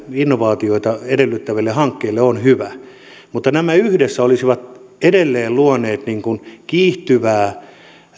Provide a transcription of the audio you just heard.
innovaatioita edellyttäville hankkeille on hyvä mutta nämä yhdessä olisivat edelleen luoneet kiihtyvää